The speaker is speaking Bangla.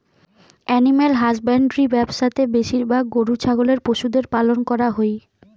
এনিম্যাল হ্যাজব্যান্ড্রি ব্যবসা তে বেশিরভাগ গরু ছাগলের পশুদের পালন করা হই